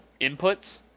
inputs